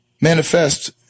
manifest